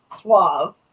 suave